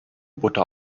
butter